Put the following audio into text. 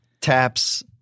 Taps